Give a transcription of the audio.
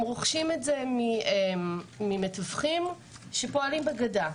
הם רוכשים ממתווכים שפועלים בגדה.